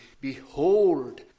Behold